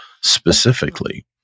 specifically